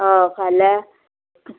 हय फाल्यां